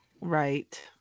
Right